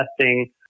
testing